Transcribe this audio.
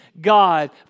God